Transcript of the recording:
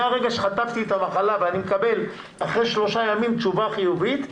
מהרגע שחטפתי את המחלה ואני מקבל אחרי שלושה ימים תשובה חיובית,